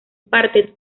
parte